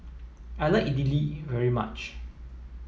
I like Idili very much